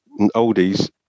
Oldies